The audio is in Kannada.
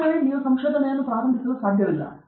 ತಕ್ಷಣವೇ ನೀವು ಸಂಶೋಧನೆಯನ್ನು ಪ್ರಾರಂಭಿಸಲು ಸಾಧ್ಯವಿಲ್ಲ